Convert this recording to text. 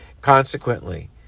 Consequently